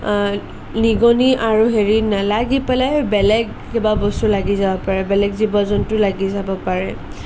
নিগনি আৰু হেৰি নালাগি পেলাই বেলেগ কিবা বস্তু লাগি যাব পাৰে বেলেগ জীৱ জন্তু লাগি যাব পাৰে